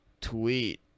tweet